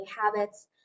habits